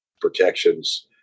protections